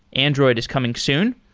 android is coming soon.